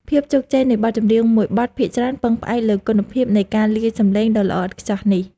ភាពជោគជ័យនៃបទចម្រៀងមួយបទភាគច្រើនពឹងផ្អែកលើគុណភាពនៃការលាយសំឡេងដ៏ល្អឥតខ្ចោះនេះ។